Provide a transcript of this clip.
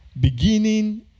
beginning